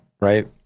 right